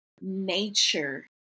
nature